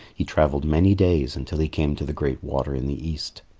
he travelled many days until he came to the great water in the east.